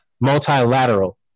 multilateral